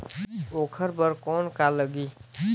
ओकर बर कौन का लगी?